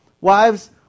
Wives